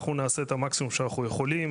אנחנו נעשה את המקסימום שאנחנו יכולים,